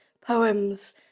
poems